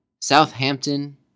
Southampton